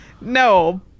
No